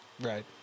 Right